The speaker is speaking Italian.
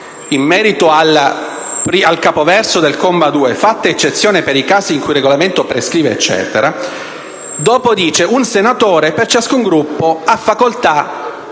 Grazie.